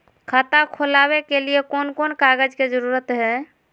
खाता खोलवे के लिए कौन कौन कागज के जरूरत है?